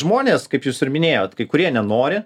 žmonės kaip jūs ir minėjot kai kurie nenori